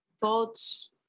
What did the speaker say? thoughts